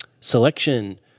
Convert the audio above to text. selection